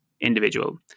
individual